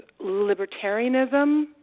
libertarianism